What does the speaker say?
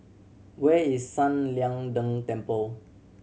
where is San Lian Deng Temple